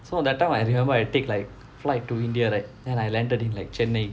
so that time I remember I take like flight to india right then I landed in like chennai